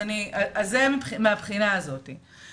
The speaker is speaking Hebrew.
אם הם בחטיבת הביניים או בתיכון אז מה הסיבה שזה קרה?